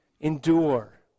endure